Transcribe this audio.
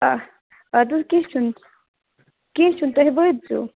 آ اَدٕ تُہۍ کیٚنٛہہ چھُنہٕ کیٚنٛہہ چھُنہٕ تُہۍ وٲتۍ زیٚو